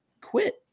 quit